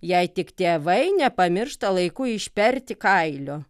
jei tik tėvai nepamiršta laiku išperti kailio